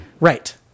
Right